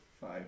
Five